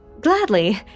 Gladly